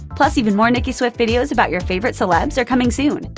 plus, even more nicki swift videos about your favorite celebs are coming soon.